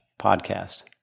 podcast